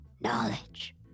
knowledge